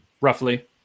Roughly